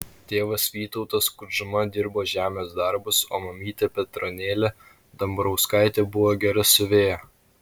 tėvas vytautas kudžma dirbo žemės darbus o mamytė petronėlė dambrauskaitė buvo gera siuvėja